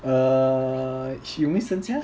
err 什么时间